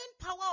power